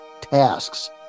tasks